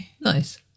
Nice